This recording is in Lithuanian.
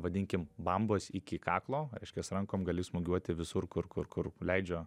vadinkim bambos iki kaklo reiškias rankom gali smūgiuoti visur kur kur kur leidžia